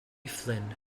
flynn